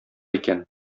икән